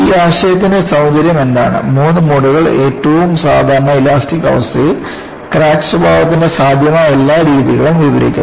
ഈ ആശയത്തിന്റെ സൌന്ദര്യം എന്താണ് മൂന്ന് മോഡുകൾ ഏറ്റവും സാധാരണ ഇലാസ്റ്റിക് അവസ്ഥയിൽ ക്രാക്ക് സ്വഭാവത്തിന്റെ സാധ്യമായ എല്ലാ രീതികളും വിവരിക്കുന്നു